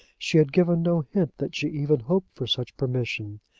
she had given no hint that she even hoped for such permission.